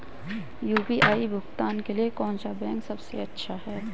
UPI भुगतान के लिए कौन सा बैंक सबसे अच्छा है?